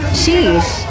sheesh